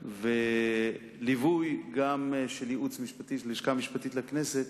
וגם ליווי של הלשכה המשפטית לכנסת,